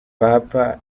papa